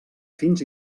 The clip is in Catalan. fins